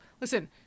listen